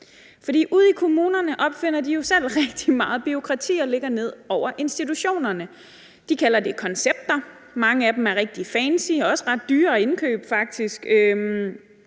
ude i kommunerne opfinder de jo selv rigtig meget bureaukrati, som de lægger ned over institutionerne. De kalder det koncepter, mange af dem er rigtig fancy og også ret dyre at indkøbe